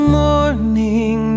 morning